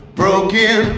broken